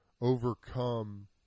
overcome